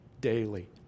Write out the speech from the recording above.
daily